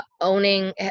owning